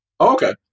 Okay